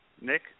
Nick